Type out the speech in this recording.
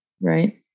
right